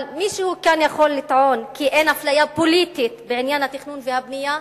אבל מישהו כאן יכול לטעון כי אין אפליה פוליטית בעניין התכנון והבנייה?